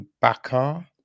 Bakar